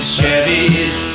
Chevys